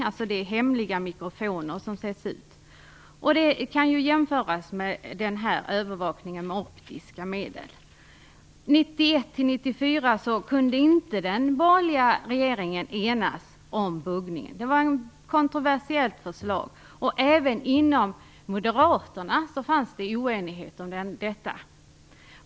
Det är hemliga mikrofoner som sätts ut. Det kan jämföras med övervakningen med optiska medel. 1991-1994 kunde den borgerliga regeringen inte enas om buggningen, som var ett kontroversiellt förslag. Även inom Moderaterna fanns en oenighet om den saken.